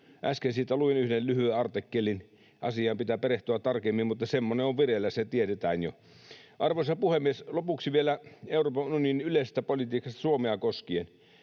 Äsken siitä luin yhden lyhyen artikkelin, ja asiaan pitää perehtyä tarkemmin, mutta semmoinen on vireillä, se tiedetään jo. Arvoisa puhemies! Lopuksi vielä Euroopan unionin yleisestä politiikasta Suomea koskien: